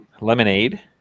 lemonade